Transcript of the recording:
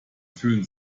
fühlen